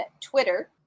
Twitter